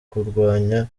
kurwanya